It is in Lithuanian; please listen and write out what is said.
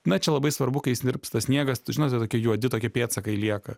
na čia labai svarbu kai jis tirpsta sniegas tai žinote tokie juodi tokie pėdsakai lieka